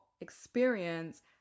experience